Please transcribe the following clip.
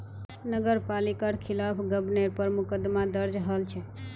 नगर पालिकार खिलाफ गबनेर पर मुकदमा दर्ज हल छ